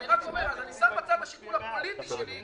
ואז אני שם בצד את שיקול הפוליטי שלי.